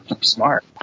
Smart